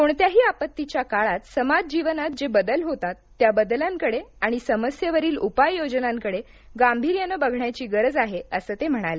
कोणत्याही आपत्तीच्या काळात समाजजीवनात जे बदल होतात त्या बदलांकडे आणि समस्येवरील उपाययोजनांकडे गांभीर्याने बघण्याची गरज आहे असं ते म्हणाले